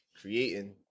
Creating